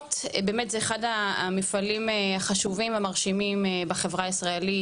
המכינות באמת זה אחד המפעלים החשובים המרשימים בחברה הישראלית,